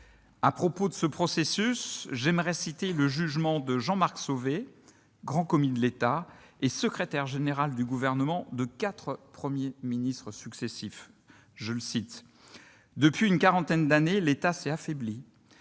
tutelle. À ce propos, je citerai le jugement de Jean-Marc Sauvé, grand commis de l'État et secrétaire général du Gouvernement de quatre Premiers ministres successifs :« Depuis une quarantaine d'années, l'État s'est affaibli,